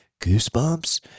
goosebumps